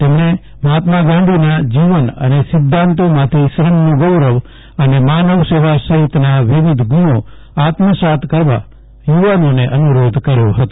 તેમણે મહાત્મા ગાંધીના જીવન અને સિધાંતોમાંથી શ્રમનું ગૌરવ અને માનવ સેવા સહિતના વિવિધ ગુણો આત્મસાત કરવા યુવાનોને અનુરોધ કર્યો હતો